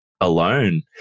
alone